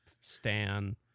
stan